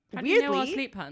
weirdly